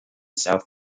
south